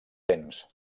lents